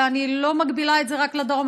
ואני לא מגבילה את זה רק לדרום,